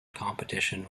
competition